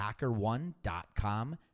hackerone.com